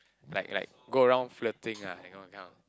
like like go around flirting ah you know that kind of